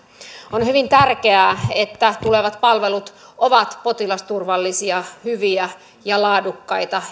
on hyvin tärkeää että tulevat palvelut ovat potilasturvallisia hyviä ja laadukkaita